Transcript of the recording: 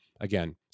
Again